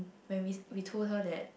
when we we told her that